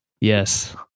Yes